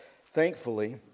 thankfully